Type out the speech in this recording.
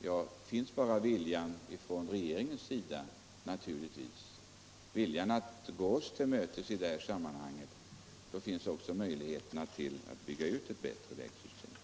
Ja, finns bara viljan — även från regeringens sida, naturligtvis; viljan att gå oss till mötes i det här sammanhanget — då finns också möjligheterna att bygga ut ett bättre vägsystem.